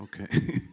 Okay